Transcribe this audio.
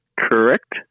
correct